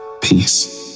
Peace